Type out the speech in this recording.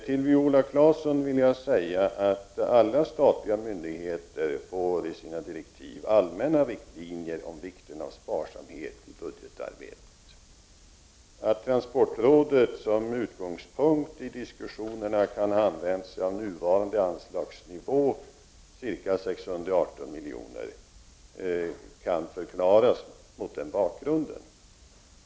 Till Viola Claesson vill jag säga att alla statliga myndigheter får i sina direktiv allmänna riktlinjer om vikten av sparsamhet i budgetarbetet. Att transportrådet som utgångspunkt i diskussionerna kan ha använt sig av nuvarande anslagsnivå, ca 618 miljoner, kan förklaras mot den bakgrunden.